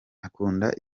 akunda